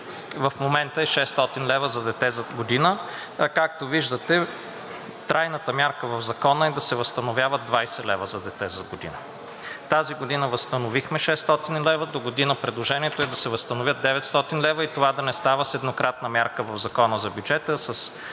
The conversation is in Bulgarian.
В момента е 600 лв. за дете за година. Както виждате, трайната мярка в Закона е да се възстановяват 20 лв. за дете за година. Тази година възстановихме 600 лв., догодина предложението е да се възстановят 900 лв. и това да не става с еднократна мярка в Закона за бюджета,